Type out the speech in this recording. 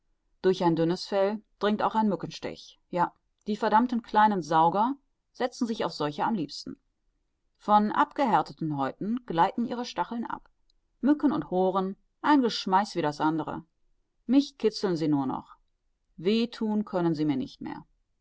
durch ein dünnes fell dringt auch ein mückenstich ja die verdammten kleinen sauger setzen sich auf solche am liebsten von abgehärteten häuten gleiten ihre stacheln ab mücken und horen ein geschmeiß wie das andere mich kitzeln sie nur noch weh thun können sie mir nicht mehr